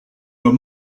were